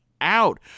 out